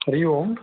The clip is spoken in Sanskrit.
हरि ओम्